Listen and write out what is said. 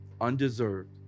undeserved